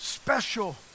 Special